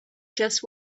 just